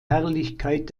herrlichkeit